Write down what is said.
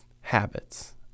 habits